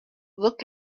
looked